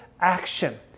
action